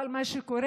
אבל מה שקורה,